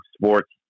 sports